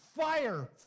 fire